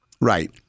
Right